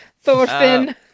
Thorfinn